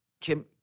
Kim